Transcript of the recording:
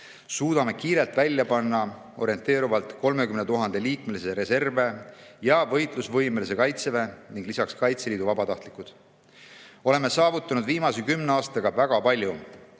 Suudame kiirelt välja panna orienteerivalt 30 000 liikmega reservväe ja võitlusvõimelise kaitseväe ning lisaks Kaitseliidu vabatahtlikud. Oleme viimase kümne aastaga saavutanud